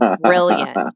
brilliant